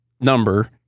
number